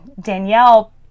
Danielle